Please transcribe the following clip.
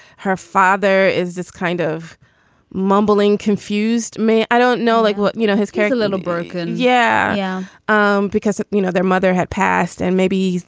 her father is this kind of mumbling confused me. i don't know. like what? you know, his carry a little broken. yeah. yeah. um because, you know, their mother had passed and maybe,